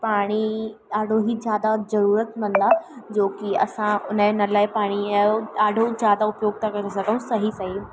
पाणी ॾाढो ई ज़्यादाह ज़रूरतमंदि आहे जो की असां उन जे नल जे पाणीअ जो ॾाढो ज़्यादाह उपयोग त करे सघूं सही सही